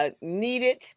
Needed